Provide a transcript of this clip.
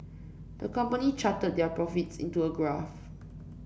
the company charted their profits into a graph